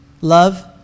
love